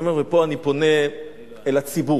אני אסיים במשפט אחרון: פה אני פונה אל הציבור,